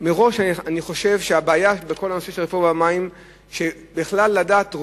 אני חושב שהבעיה בכל הנושא של הרפורמה במים היא בכלל לדעת.